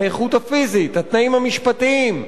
האיכות הפיזית, התנאים המשפטיים,